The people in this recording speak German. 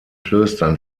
klöstern